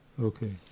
Okay